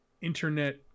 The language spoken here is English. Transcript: internet